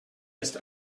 ist